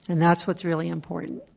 and that's what's really important.